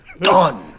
done